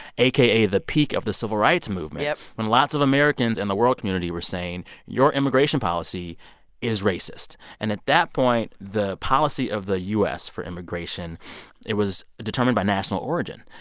aka the peak of the civil rights movement yep. when lots of americans and the world community were saying, your immigration policy is racist. and at that point, the policy of the u s. for immigration it was determined by national origin.